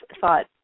thought